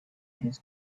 his